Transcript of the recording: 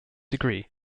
degree